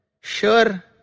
Sure